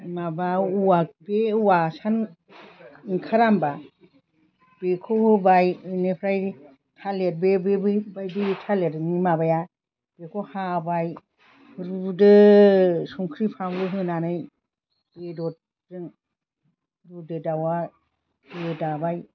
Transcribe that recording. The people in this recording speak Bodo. माबा औवा बे औवा आसान ओंखारा होमब्ला बेखौ होबाय एनिफ्राय थालिर बे बै बायदि थालिर माबाया बेखौ हाबाय रुदो संख्रि बानलु होनानै बेदरजों रुदो दाउआ गोदाबाय